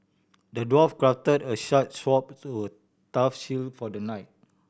the dwarf crafted a sharp sword would tough shield for the knight